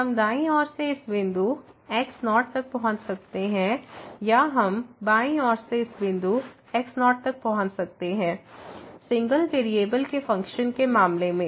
हम दायीं ओर से इस बिंदु x0 तक पहुंच सकते हैं या हम बाईं ओर से इस बिंदु x0 तक पहुंच सकते हैं सिंगल वेरिएबल के फ़ंक्शन के मामले में